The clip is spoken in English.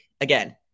again